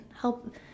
help